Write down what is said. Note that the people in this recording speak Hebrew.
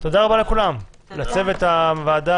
תודה רבה לכולם לצוות הוועדה,